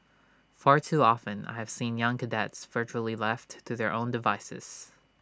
far too often I have seen young cadets virtually left to their own devices